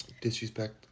Disrespect